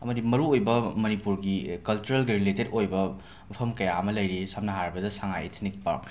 ꯑꯃꯗꯤ ꯃꯔꯨꯑꯣꯏꯕ ꯃꯅꯤꯄꯨꯔꯒꯤ ꯀꯜꯆ꯭ꯔꯦꯜꯒ ꯔꯤꯂꯦꯇꯦꯗ ꯑꯣꯏꯕ ꯃꯐꯝ ꯀꯌꯥ ꯑꯃ ꯂꯩꯔꯤ ꯁꯝꯅ ꯍꯥꯏꯔꯕꯗ ꯁꯉꯥꯏ ꯏꯊꯅꯤꯛ ꯄꯥꯔꯛ